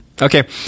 Okay